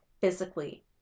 physically